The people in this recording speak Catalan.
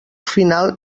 final